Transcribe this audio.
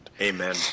Amen